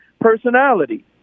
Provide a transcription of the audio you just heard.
personality